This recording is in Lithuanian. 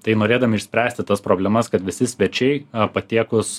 tai norėdami išspręsti tas problemas kad visi svečiai patiekus